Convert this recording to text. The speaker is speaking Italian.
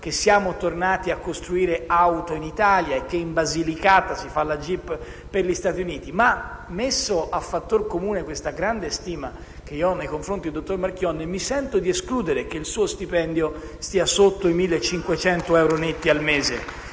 che siamo tornati a fabbricare auto in Italia e che in Basilicata si fabbrica una vettura della Jeep per gli Stati Uniti. Ma messa a fattor comune questa grande stima che nutro nei confronti del dottor Marchionne, mi sento di escludere che il suo stipendio stia sotto i 1.500 euro netti al mese.